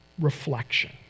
reflection